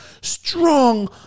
strong